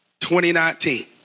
2019